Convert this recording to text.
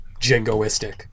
jingoistic